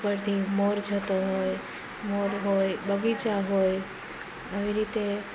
ઉપરથી મોર જતો હોય મોર હોય બગીચા હોય આવી રીતે